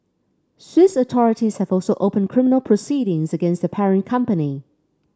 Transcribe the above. Swiss authorities have also opened criminal proceedings against the parent company